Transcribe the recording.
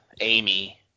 Amy